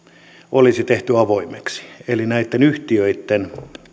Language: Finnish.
olisi tehty avoimeksi eli näitten yhtiöitten